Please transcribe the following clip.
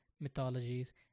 Mythologies